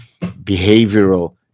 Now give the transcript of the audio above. behavioral